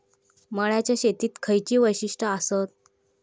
मळ्याच्या शेतीची खयची वैशिष्ठ आसत?